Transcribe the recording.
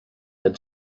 had